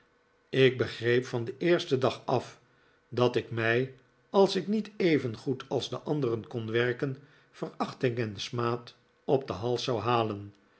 ik begreep van den eersten dag af dat ik mij als ik niet evengoed als de anderen kon werken verachting en smaad op den hals zou halen